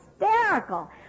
hysterical